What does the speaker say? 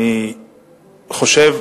אני באמת מתפלא עליך.